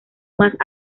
más